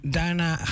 daarna